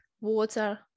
water